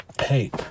hey